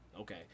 Okay